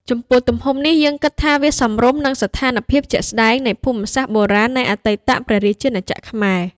ចំពោះទំហំនេះ យើងគិតថាវាសមរម្យនឹងស្ថាន ភាពជាក់ស្តែង នៃភូមិសាស្ត្របុរាណនៃអតីតព្រះរាជាណាចក្រខ្មែរ។